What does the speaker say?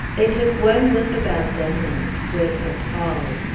they took one look about them and stood appalled.